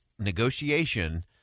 Negotiation